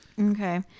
Okay